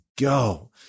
go